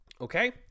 Okay